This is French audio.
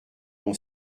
mon